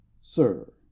sir